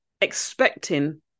expecting